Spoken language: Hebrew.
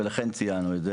ולכן ציינו את זה.